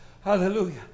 Hallelujah